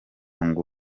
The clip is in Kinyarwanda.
ngo